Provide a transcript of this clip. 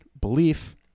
belief